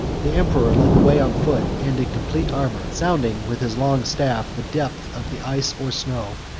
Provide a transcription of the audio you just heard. the emperor led the way, on foot, and in complete armor sounding, with his long staff, the depth of the ice, or snow,